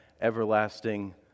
everlasting